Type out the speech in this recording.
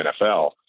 NFL